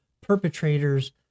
perpetrators